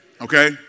Okay